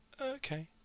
okay